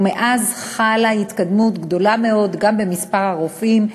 ומאז חלה התקדמות גדולה מאוד גם במספר הרופאים,